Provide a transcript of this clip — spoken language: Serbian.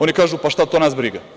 Oni kažu – pa šta to nas briga.